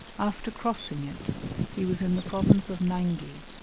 after crossing it he was in the province of mangi,